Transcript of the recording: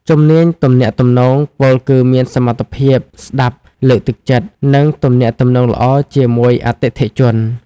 ជំនាញទំនាក់ទំនង ពោលគឺមានសមត្ថភាពស្តាប់ លើកទឹកចិត្ត និងទំនាក់ទំនងល្អជាមួយអតិថិជន។